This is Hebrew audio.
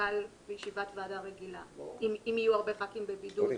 שמקובל בישיבת ועדה רגילה אם יהיו הרבה ח"כים בבידוד.